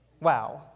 Wow